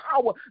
power